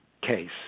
case